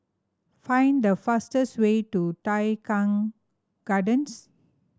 find the fastest way to Tai Keng Gardens